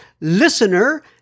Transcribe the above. listener